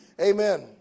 Amen